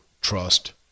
trust